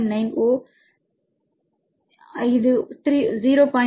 9 ஓ மன்னிக்கவும் இது 0